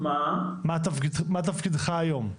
תודה רבה.